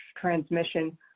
transmission